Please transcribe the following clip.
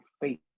faith